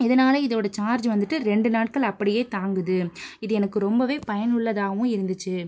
இதனால் இதோட சார்ஜ் வந்துட்டு ரெண்டு நாட்கள் அப்படியே தாங்குது இது எனக்கு ரொம்பவே பயனுள்ளதாகவும் இருந்துச்சு